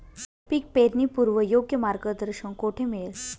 पीक पेरणीपूर्व योग्य मार्गदर्शन कुठे मिळेल?